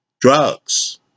Drugs